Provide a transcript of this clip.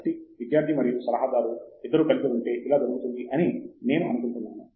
కాబట్టి విద్యార్థి మరియు సలహాదారు రెండూ కలిసే ఉంటే ఇలా జరుగుతుంది అని నేను అనుకుంటున్నాను